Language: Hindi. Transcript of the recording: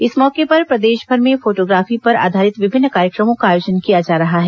इस मौके पर प्रदेशभर में फोटाग्राफी पर आधारित विभिन्न कार्यक्रमों का आयोजन किया जा रहा है